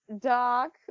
Doc